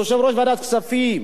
יושב-ראש ועדת הכספים,